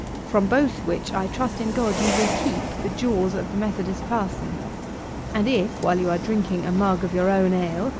from both which i trust in god you will keep the jaws of the methodist parson and if, while you are drinking a mug of your own ale,